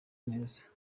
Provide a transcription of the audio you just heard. neza